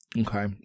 Okay